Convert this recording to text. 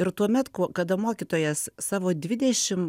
ir tuomet kuo kada mokytojas savo dvidešim